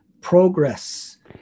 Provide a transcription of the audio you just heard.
progress